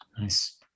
Nice